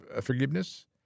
forgiveness